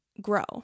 grow